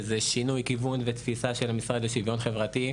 וזה שינוי כיוון ותפיסה של המשרד לשוויון חברתי,